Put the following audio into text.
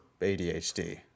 ADHD